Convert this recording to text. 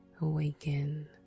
awaken